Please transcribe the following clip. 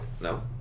no